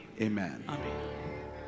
Amen